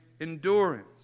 endurance